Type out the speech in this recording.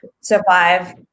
survive